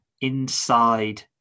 inside